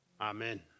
amen